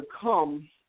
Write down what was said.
come